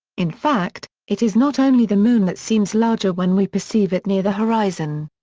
in fact, it is not only the moon that seems larger when we perceive it near the horizon.